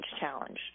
challenge